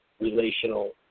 relational